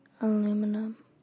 aluminum